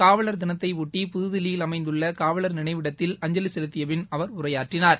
காவலர் தினத்தையாட்ட புதுதில்லியில் அமைந்துள்ளகாவலர் நினைவிடத்தில் அஞ்சலிசெலுத்தியபின் அவர் உரையாற்றினார்